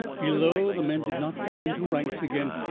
below, the men did not fall into ranks again,